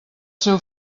seu